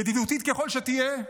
ידידותית ככל שתהיה?